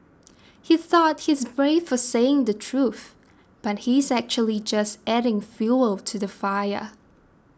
he thought he's brave for saying the truth but he's actually just adding fuel to the fire